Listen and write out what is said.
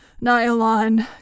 nylon